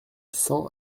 cent